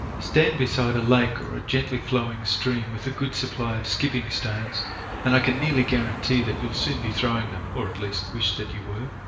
stand beside a lake like or ah gently flowing stream with a good supply of skipping stones and i can nearly guarantee that you will soon be throwing them, or at least wish that you were.